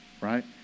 Right